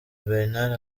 bernard